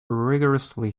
rigourously